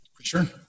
Sure